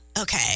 Okay